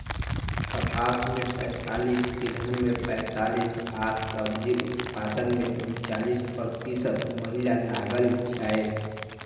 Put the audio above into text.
कपास मे सैंतालिस, तिलहन मे पैंतालिस आ सब्जी उत्पादन मे उनचालिस प्रतिशत महिला लागल छै